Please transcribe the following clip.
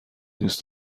دوست